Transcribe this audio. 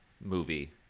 movie